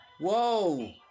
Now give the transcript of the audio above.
Whoa